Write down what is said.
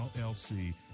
LLC